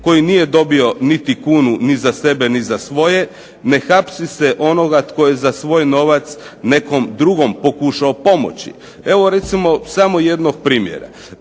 koji nije dobio niti kuni ni za sebe, ni za svoje, ne hapsi se onoga tko je za svoj novac nekom drugom pokušao pomoći. Evo recimo samo jednog primjera.